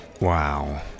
Wow